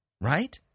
right